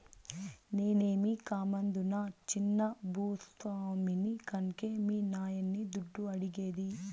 నేనేమీ కామందునా చిన్న భూ స్వామిని కన్కే మీ నాయన్ని దుడ్డు అడిగేది